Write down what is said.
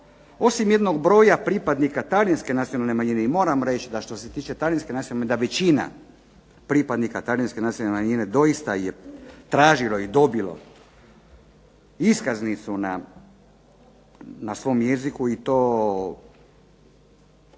Osim jednog broja pripadnika talijanske nacionalne manjine i moram reći da što se tiče talijanske nacionalne manjine da većina pripadnika talijanske nacionalne manjine doista je tražilo i dobilo iskaznicu na svom jeziku i to